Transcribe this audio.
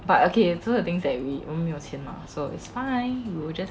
but okay so the things that we 我们没有钱 mah so it's fine